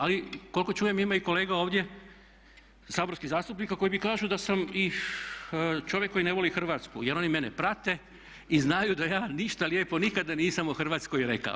Ali koliko čujem ima i kolega ovdje saborskih zastupnika koji mi kažu da sam i čovjek koji ne voli Hrvatsku jer oni mene prate i znaju da ja ništa lijepo nikada nisam o Hrvatskoj rekao.